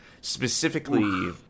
specifically –